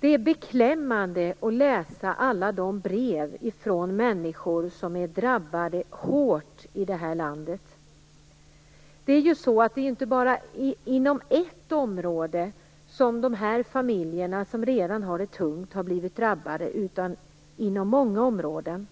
Det är beklämmande att läsa alla brev från människor som är hårt drabbade i det här landet. Det är inte bara inom ett område som de familjer som redan har det tungt har blivit drabbade, utan inom många områden.